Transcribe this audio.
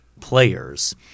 players